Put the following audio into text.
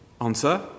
Answer